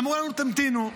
אמרו לנו: תמתינו.